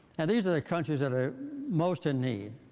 and these are the countries that are most in need,